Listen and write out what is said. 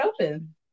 open